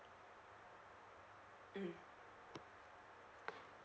mm